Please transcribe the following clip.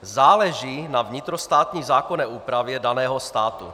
Záleží na vnitrostátní zákonné úpravě daného státu.